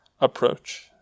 approach